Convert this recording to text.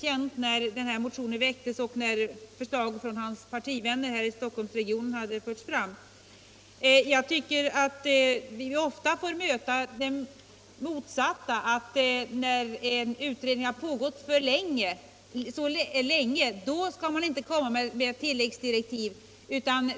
kände när den här motionen väcktes och när förslaget från hans partivänner här i Stockholmsregionen framfördes. Jag tycker att vi ofta får möta den motsatta invändningen — att man inte skall komma med tilläggsdirektiv när en utredning har pågått länge.